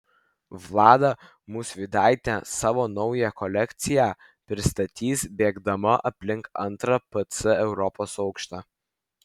vlada musvydaitė savo naują kolekciją pristatys bėgdama aplink antrą pc europos aukštą